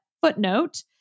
footnote